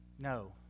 no